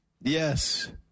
Yes